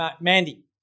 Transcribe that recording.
Mandy